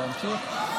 לא לרדת.